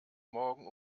morgen